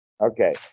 Okay